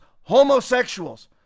homosexuals